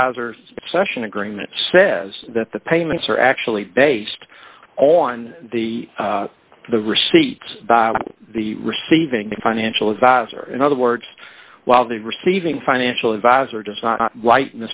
advisors session agreement says that the payments are actually based on the the receipt by the receiving financial advisor in other words while the receiving financial advisor does not